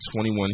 21